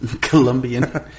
Colombian